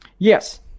Yes